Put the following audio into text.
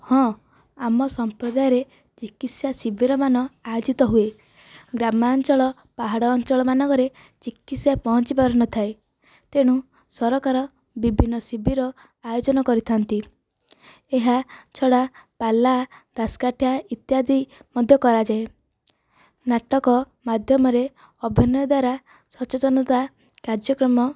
ହଁ ଆମ ସମ୍ପ୍ରଦାୟରେ ଚିକିତ୍ସା ଶିବିରମାନ ଆୟୋଜିତ ହୁଏ ଗ୍ରାମାଞ୍ଚଳ ପାହାଡ଼ ଅଞ୍ଚଳମାନଙ୍କରେ ଚିକିତ୍ସା ପହଁଞ୍ଚିପାରୁ ନଥାଏ ତେଣୁ ସରକାର ବିଭିନ୍ନ ଶିବିର ଆୟୋଜନ କରିଥାନ୍ତି ଏହା ଛଡ଼ା ପାଲା ଦାସକାଠିଆ ଇତ୍ୟାଦି ମଧ୍ୟ କରାଯାଏ ନାଟକ ମାଧ୍ୟମରେ ଅଭିନୟ ଦ୍ୱାରା ସଚେତନତା କାର୍ଯ୍ୟକ୍ରମ